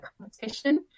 competition